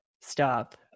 Stop